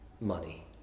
money